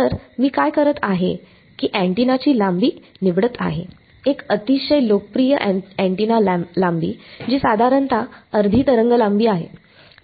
तर मी काय करत आहे की अँटिनाची लांबी निवडत आहे एक अतिशय लोकप्रिय अँटेना लांबी जी साधारणतः अर्धी तरंगलांबी आहे